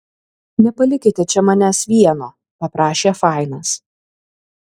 nepalikite čia manęs vieno paprašė fainas